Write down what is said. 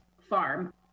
farm